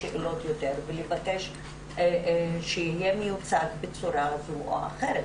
שאלות ולבקש שיהיה מיוצג בצורה זו או אחרת.